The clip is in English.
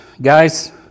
guys